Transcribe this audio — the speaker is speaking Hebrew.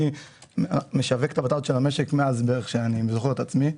אני משווק את הבטטות של המשק מאז שאני זוכר את עצמי,